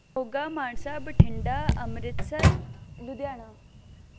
Moga Mansa Bathinda Amritsar Ludhiana